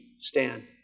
stand